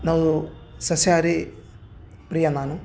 ನಾವು ಸಸ್ಯಹಾರಿ ಪ್ರಿಯ ನಾನು